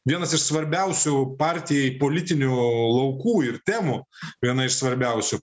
vienas iš svarbiausių partijai politinių laukų ir temų viena iš svarbiausių